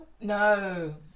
no